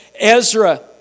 Ezra